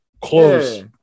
Close